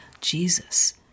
Jesus